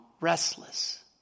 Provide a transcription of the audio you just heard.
restless